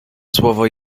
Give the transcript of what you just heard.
słowo